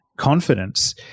Confidence